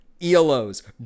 ELOs